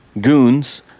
goons